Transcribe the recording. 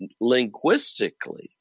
linguistically